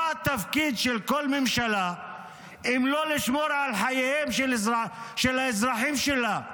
מה התפקיד של כל ממשלה אם לא לשמור על חייהם של האזרחים שלה?